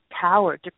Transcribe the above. power